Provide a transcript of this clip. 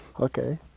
Okay